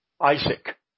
Isaac